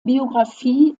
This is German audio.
biographie